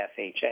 FHA